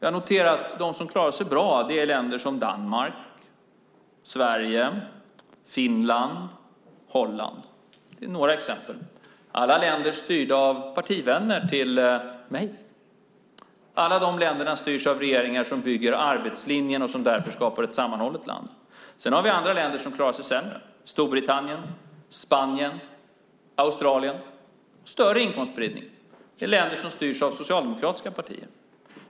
Jag noterar att de länder som klarar sig bra är till exempel Danmark, Sverige, Finland och Holland. Det är några exempel, alla länder styrda av partivänner till mig. Alla dessa länder styrs av regeringar som bygger arbetslinjen och som därför skapar ett sammanhållet land. Sedan har vi andra länder som klarar sig sämre: Storbritannien, Spanien, Australien. Där är det en större inkomstspridning. Det är länder som styrs av socialdemokratiska partier.